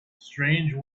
strange